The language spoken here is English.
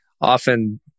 often